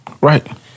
Right